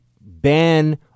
ban